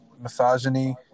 misogyny